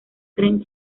creen